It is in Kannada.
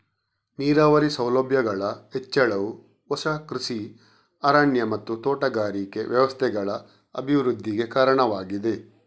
ನೀರಾವರಿ ಸೌಲಭ್ಯಗಳ ಹೆಚ್ಚಳವು ಹೊಸ ಕೃಷಿ ಅರಣ್ಯ ಮತ್ತು ತೋಟಗಾರಿಕೆ ವ್ಯವಸ್ಥೆಗಳ ಅಭಿವೃದ್ಧಿಗೆ ಕಾರಣವಾಗಿದೆ